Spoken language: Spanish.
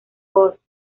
boss